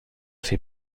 fait